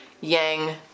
yang